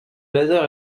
laser